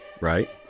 right